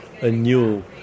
anew